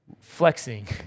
flexing